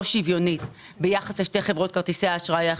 שוויונית ביחס לשתי חברות כרטיסי האשראי האחרות.